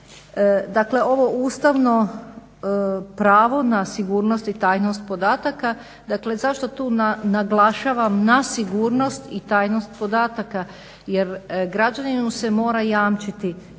Dakle, ovo ustavno pravo na sigurnosti i tajnost podataka, dakle zašto tu naglašavam na sigurnost i tajnost podataka jer građaninu se mora jamčiti